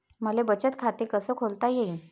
मले बचत खाते कसं खोलता येईन?